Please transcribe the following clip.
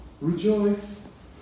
Rejoice